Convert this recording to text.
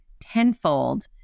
tenfold